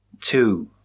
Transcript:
two